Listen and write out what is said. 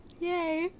Yay